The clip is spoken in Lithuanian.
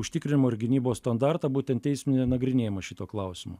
užtikrinimo ir gynybos standartą būtent teisminio nagrinėjimo šito klausimu